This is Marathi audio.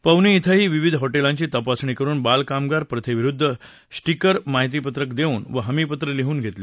पवनी क्विंद विविध हॉटेलांची तपासणी करुन बालकामगार प्रथेविरुध्द स्टिकर माहितीपत्रक देवून व हमीपत्र लिहून घेतली